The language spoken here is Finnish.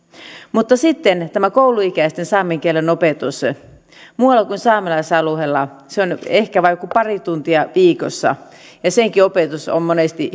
mutta sitten tämä kouluikäisten saamen kielen opetus muualla kuin saamelaisalueella se on ehkä vain joku pari tuntia viikossa ja sekin opetus on monesti